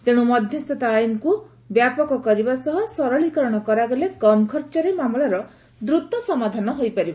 ତେଶୁ ମଧସ୍ତତା ଆଇନ୍କୁ ବ୍ୟାପକ କରିବା ସହ ସରଳୀକରଣ କରାଗଲେ କମ୍ ଖର୍ଚ୍ଚରେ ମାମଲାର ଦ୍ରତ ସମାଧାନ ହୋଇପାରିବ